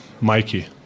Mikey